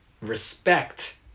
respect